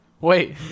Wait